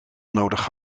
nodig